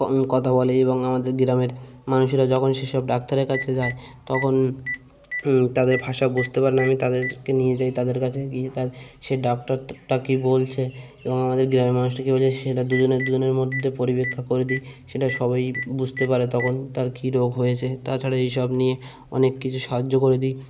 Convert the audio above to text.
কথা বলে এবং আমাদের গ্রামের মানুষেরা যখন সেসব ডাক্তারের কাছে যায় তখন তাদের ভাষা বুঝতে পারে না আমি তাদেরকে নিয়ে যাই তাদের কাছে গিয়ে তার সে ডাক্তারটা কী বলছে এবং আমাদের গ্রামের মানুষটা কী বলছে সেটা দুজনের দুজনের মধ্যে পরিবেক্ষা করে দিই সেটা সবই বুঝতে পারে তখন তার কী রোগ হয়েছে তাছাড়া এই সব নিয়ে অনেক কিছু সাহায্য করে দিই